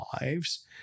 lives